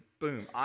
boom